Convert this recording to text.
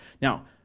Now